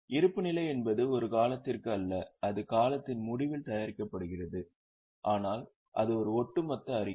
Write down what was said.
இருப்புநிலை என்பது ஒரு காலத்திற்கு அல்ல அது காலத்தின் முடிவில் தயாரிக்கப்படுகிறது ஆனால் இது ஒரு ஒட்டுமொத்த அறிக்கை